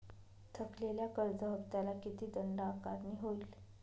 थकलेल्या कर्ज हफ्त्याला किती दंड आकारणी होईल?